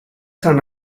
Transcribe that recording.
san